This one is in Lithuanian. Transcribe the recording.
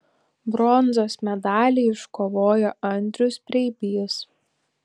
bronzos medalį iškovojo andrius preibys